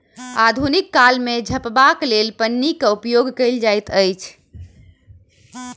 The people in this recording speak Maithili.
आधुनिक काल मे झपबाक लेल पन्नीक उपयोग कयल जाइत अछि